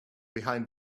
behind